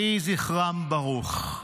יהי זכרם ברוך.